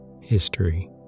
History